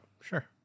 sure